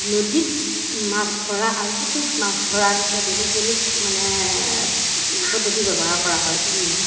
নদীত মাছ ধৰা আৰু পুখুৰীত মাছ ধৰা দুটা বেলেগ বেলেগ মানে পদ্ধতি ব্যৱহাৰ কৰা হয় নদীত